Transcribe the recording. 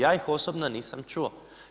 Ja ih osobno nisam čuo.